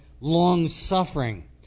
long-suffering